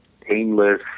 painless